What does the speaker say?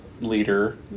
leader